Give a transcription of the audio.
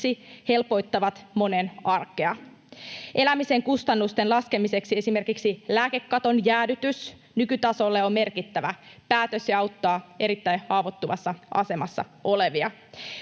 helpottavat monen arkea. Elämisen kustannusten laskemiseksi esimerkiksi lääkekaton jäädytys nykytasolle on merkittävä päätös ja auttaa erittäin haavoittuvassa asemassa olevia.